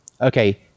Okay